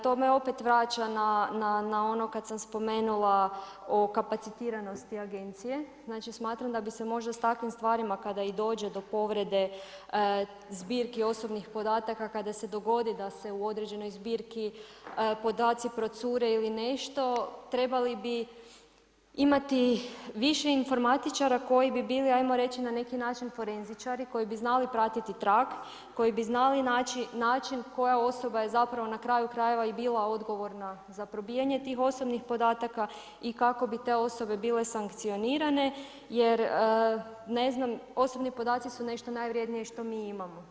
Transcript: To me opet vraća na ono kad sam spomenula o kapacitiranosti Agencije, znači smatram da bi se možda s takvim stvarima kada i dođe do povrede zbirki osobnih podataka, kada se dogodi da se u određenoj zbirki podaci procure ili nešto, imati više informatičara koji bi bili ajmo reći na neki način forenzičari koji bi znali pratiti trag, koji bi znali naći način koja osoba je zapravo na kraju krajeva bila odgovorna za probijanje tih osobnih podataka i kako bi te osobe bile sankcionirane, jer ne znam osobni podaci su nešto najvrednije što mi imamo.